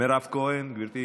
מירב כהן, גברתי,